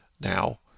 Now